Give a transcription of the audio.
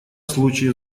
случае